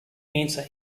answer